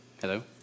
Hello